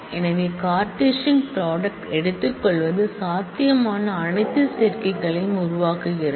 எனவே Cartesian product எடுத்துக்கொள்வது சாத்தியமான அனைத்து சேர்க்கைகளையும் உருவாக்குகிறது